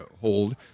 hold